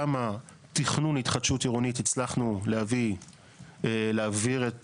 כמה תכנון התחדשות עירונית הצלחנו להעביר את